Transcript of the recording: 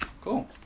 Cool